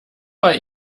bei